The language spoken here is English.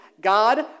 God